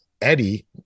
Eddie